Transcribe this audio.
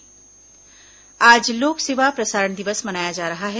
लोक सेवा प्रसारण दिवस आज लोक सेवा प्रसारण दिवस मनाया जा रहा है